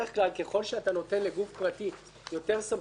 ככל שאתה נותן לגוף פרטי יותר סמכויות ציבוריות,